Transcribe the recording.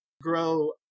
grow